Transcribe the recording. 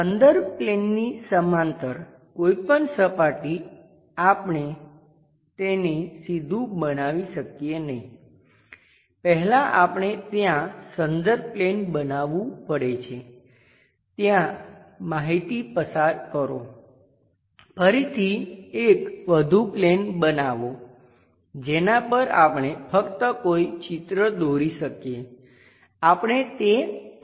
સંદર્ભ પ્લેનની સમાંતર કોઈપણ સપાટી આપણે તેને સીધું બનાવી શકીએ નહીં પહેલા આપણે ત્યાં સંદર્ભ પ્લેન બનાવવું પડે છે ત્યાં માહિતી પસાર કરો ફરીથી એક વધુ પ્લેન બનાવો જેના પર આપણે ફક્ત કોઈ ચિત્ર દોરી શકીએ આપણે તે પછીથી જોશું